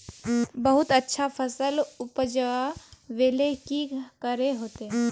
बहुत अच्छा फसल उपजावेले की करे होते?